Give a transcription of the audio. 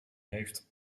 heeft